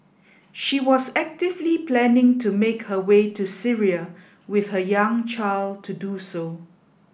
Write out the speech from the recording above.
she was actively planning to make her way to Syria with her young child to do so